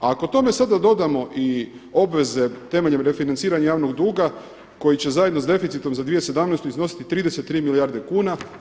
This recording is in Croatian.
A ako tome sada dodamo i obveze temeljem refinanciranja javnog duga koji će zajedno s deficitom za 2017. iznositi 33 milijarde kuna.